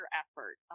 effort